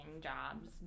jobs